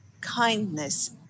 kindness